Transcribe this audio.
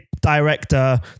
director